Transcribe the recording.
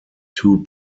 two